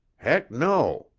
heck no,